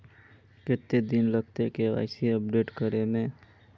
कते दिन लगते के.वाई.सी अपडेट करे में?